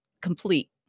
complete